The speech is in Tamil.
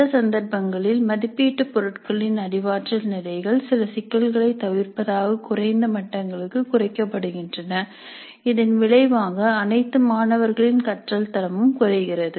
சில சந்தர்ப்பங்களில் மதிப்பீட்டு பொருட்களின் அறிவாற்றல் நிலைகள் சில சிக்கல்களைத் தவிர்ப்பதற்காக குறைந்த மட்டங்களுக்கு குறைக்கப்படுகின்றன இதன் விளைவாக அனைத்து மாணவர்களின் கற்றல் தரமும் குறைகிறது